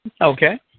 Okay